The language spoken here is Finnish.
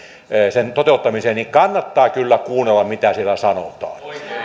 sen toteuttamiseen niin kannattaa kyllä kuunnella mitä siellä sanotaan